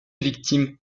victime